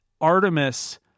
Artemis